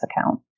account